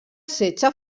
setge